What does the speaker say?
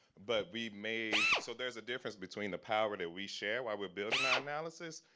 but we may, so there's a difference between the power that we share, while we're building our analysis,